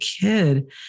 kid